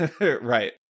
Right